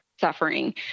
suffering